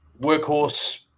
Workhorse